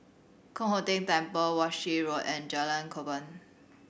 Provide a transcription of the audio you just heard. Kong Hock Keng Temple Walshe Road and Jalan Korban